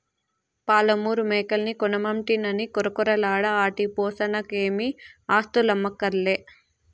పాలమూరు మేకల్ని కొనమంటినని కొరకొరలాడ ఆటి పోసనకేమీ ఆస్థులమ్మక్కర్లే